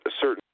certain